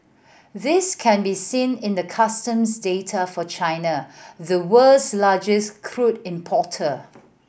this can be seen in the customs data for China the world's largest crude importer